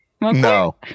No